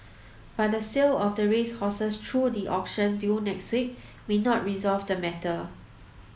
but the sale of the racehorses through the auction due next week may not resolve the matter